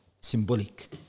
symbolic